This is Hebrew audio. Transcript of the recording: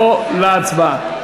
לא להצבעה.